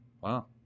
Wow